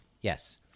Yes